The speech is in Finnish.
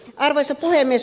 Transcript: arvoisa puhemies